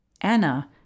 Anna